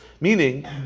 Meaning